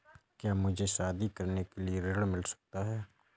क्या मुझे शादी करने के लिए ऋण मिल सकता है?